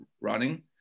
running